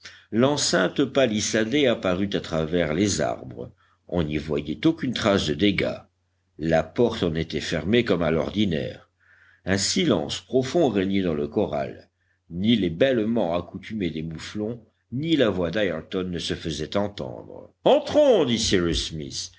l'enceinte palissadée apparut à travers les arbres on n'y voyait aucune trace de dégâts la porte en était fermée comme à l'ordinaire un silence profond régnait dans le corral ni les bêlements accoutumés des mouflons ni la voix d'ayrton ne se faisaient entendre entrons dit